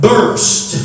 Burst